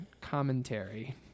commentary